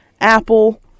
Apple